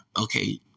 okay